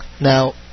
Now